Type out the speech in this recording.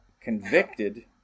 convicted